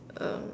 um